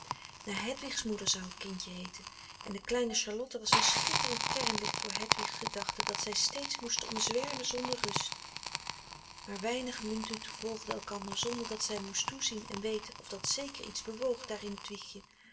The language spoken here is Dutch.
naar hedwigs moeder zou het kindje heeten en de kleine charlotte was een schitterend kernlicht voor hedwigs gedachten dat zij steeds moesten omzwermen zonder rust maar weinige minuten volgden elkander zonder dat zij moest toezien en weten of dat zeker iets bewoog daar